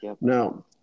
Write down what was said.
Now